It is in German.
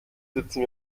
sitzen